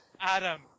Adam